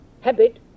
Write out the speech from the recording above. habit